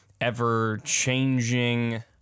ever-changing